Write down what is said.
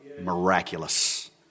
miraculous